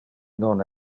non